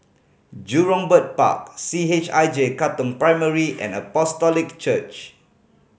Jurong Bird Park C H I J Katong Primary and Apostolic Church